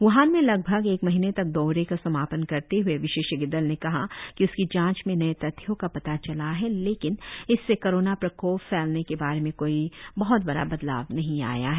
van में लगभग एक महीने तक दौरे का समापन करते हए विशेषज्ञ दल ने कहा कि उसकी जांच में नए तथ्यों का पता चला है लेकिन इससे कोरोना प्रकोप फैलने के बारे में कोई बह्त बड़ा बदलाव नही आया है